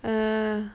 err